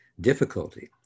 difficulty